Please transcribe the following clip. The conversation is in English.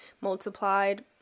multiplied